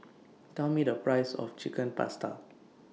Tell Me The Price of Chicken Pasta